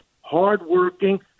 hardworking